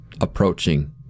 approaching